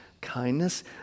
kindness